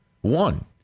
One